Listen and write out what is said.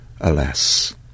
alas